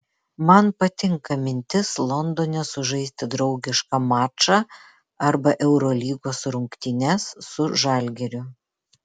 man patinka mintis londone sužaisti draugišką mačą arba eurolygos rungtynes su žalgiriu